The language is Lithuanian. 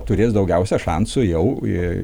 turės daugiausiai šansų jau į